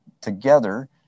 together